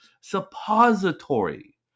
Suppository